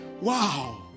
Wow